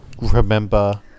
remember